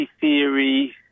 theory